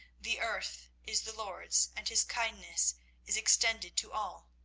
the earth is the lord's, and his kindness is extended to all.